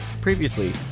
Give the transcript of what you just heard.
Previously